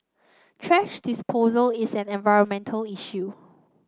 thrash disposal is an environmental issue